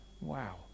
Wow